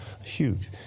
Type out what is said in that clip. Huge